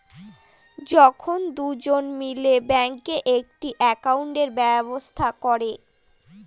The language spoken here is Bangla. যখন দুজন মিলে ব্যাঙ্কে একটি একাউন্টের ব্যবস্থা করে